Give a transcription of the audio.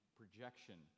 projection